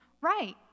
right